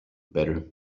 better